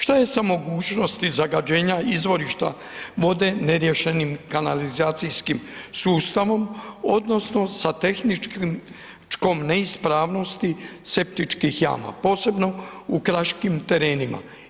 Šta je sa mogućnosti zagađenja izvorišta vode neriješenim kanalizacijskim sustavom odnosno sa tehničkom neispravnosti septičkih jama posebno u kraškim terenima?